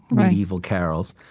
medieval carols,